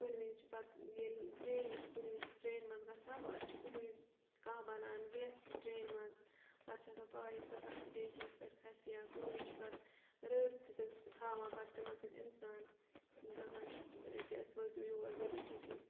کُنہِ وِزِ چھُ پَتہٕ ییٚلہِ ڈیلی چھُ کُنہِ وِزِ ٹرٛینہِ منٛز گژھان پَتہٕ چھُ کُنہِ وِزِ کانٛہہ بَنان وٮ۪س تہِ ٹرٛینہِ منٛز پَتہٕ چھُ آسان پَے سۄ کَتھ سٕٹیشنَس پٮ۪ٹھ کھَسہِ یا کُنہِ وِز چھُ پَتہٕ رٲبطہٕ تہِ تھاوان پَتہ تِمَن سۭتۍ اِنسان دَپان چھُکھ أکیٛاہ أسۍ وٲتِو یور ؤلِو کھٔسِو